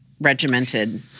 regimented